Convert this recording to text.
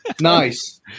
Nice